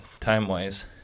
time-wise